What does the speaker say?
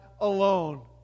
alone